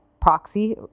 proxy